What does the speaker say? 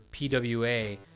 PWA